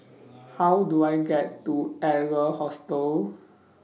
How Do I get to Adler Hostel